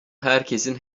herkesin